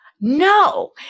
No